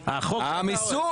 המיסוי.